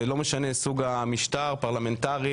ולא משנה סוג המשטר פרלמנטרי,